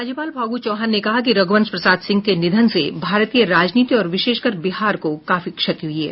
राज्यपाल फागू चौहान ने कहा कि रघुवंश प्रसाद सिंह के निधन से भारतीय राजनीति और विशेषकर बिहार को काफी क्षति हुई है